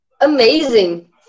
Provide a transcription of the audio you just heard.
amazing